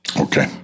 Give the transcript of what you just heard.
Okay